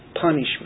punishment